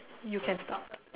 you can start